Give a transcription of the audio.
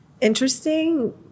interesting